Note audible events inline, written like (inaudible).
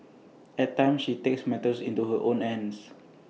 at times she takes matters into her own hands (noise)